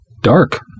dark